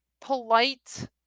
polite